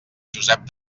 josep